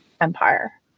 Empire